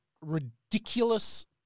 ridiculous